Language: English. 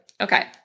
Okay